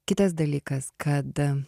kitas dalykas kad